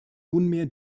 nunmehr